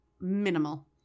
Minimal